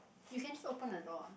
you can just open the door ah